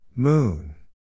Moon